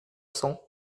cents